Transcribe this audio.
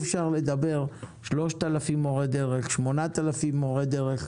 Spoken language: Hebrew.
אפשר לדבר על 3,000 או 8,000 מורי דרך.